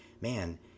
man